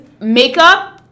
makeup